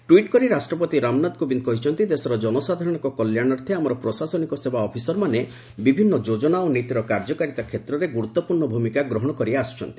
tweet କରି ରାଷ୍ଟ୍ରପତି ରାମନାଥ କୋବିନ୍ଦ କହିଛନ୍ତି ଦେଶର ଜନସାଧାରଣଙ୍କ କଲ୍ୟାଣାର୍ଥେ ଆମର ପ୍ରଶାସନିକ ସେବା ଅଫିସରମାନେ ବିଭିନ୍ନ ଯୋକନା ଓ ନୀତିର କାର୍ଯ୍ୟକାରୀତା କ୍ଷେତ୍ରରେ ଗୁରୁତ୍ୱପୂର୍ଣ୍ଣ ଭୂମିକା ଗ୍ରହଣ କରି ଆସିଛନ୍ତି